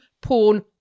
porn